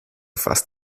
fast